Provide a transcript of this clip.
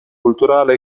culturale